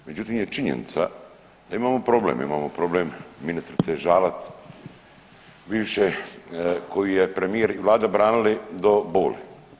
Međutim je činjenica da imamo problem, da imamo problem ministrice Žalac bivše koju je premijer i vlada branili do boli.